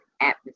atmosphere